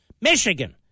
Michigan